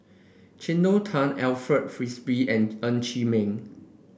Cleo Thang Alfred Frisby and Ng Chee Meng